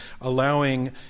allowing